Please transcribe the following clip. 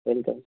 welcome